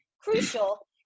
crucial